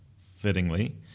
fittingly